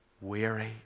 weary